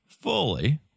Fully